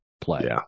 play